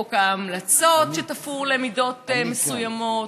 חוק ההמלצות תפור למידות מסוימות,